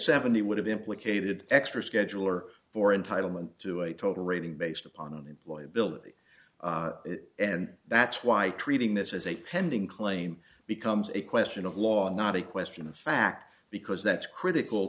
seventy would have implicated extra scheduler for entitlement to a total rating based upon employee ability and that's why treating this as a pending claim becomes a question of law and not a question of fact because that's critical